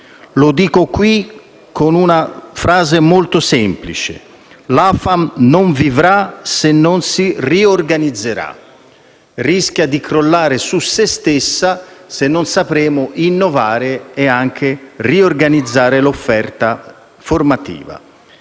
Lo dico qui con una frase molto semplice: l'AFAM non vivrà se non si riorganizzerà; rischia di crollare su se stessa se non sapremo innovare e anche riorganizzare l'offerta formativa.